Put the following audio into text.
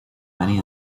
many